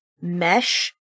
mesh